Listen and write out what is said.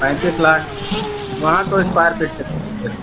पैंतीस लाख वहाँ तो इस्क्वायर फ़िट चलेगी फिर